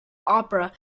opera